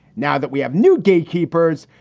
now that we have new gatekeepers,